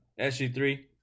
SG3